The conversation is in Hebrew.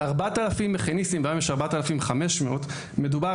על 4,000 מכיניסטים והיום יש 4,500 מדובר